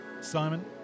Simon